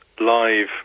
live